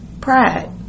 Pride